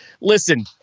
Listen